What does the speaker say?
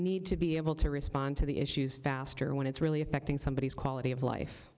need to be able to respond to the issues faster when it's really affecting somebody's quality of life